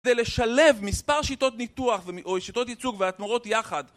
כדי לשלב מספר שיטות ניתוח או שיטות ייצוג והתמורות יחד